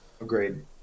Agreed